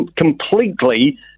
completely